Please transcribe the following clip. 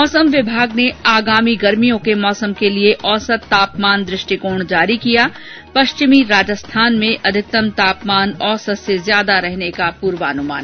मौसम विभाग ने आगामी गर्भियों के मौसम के लिए औसत तापमान दृष्टिकोण जारी किया पश्चिमी राजस्थान में अधिकतम तापमान औसत से ज्यादा रहने का पूर्वानुमान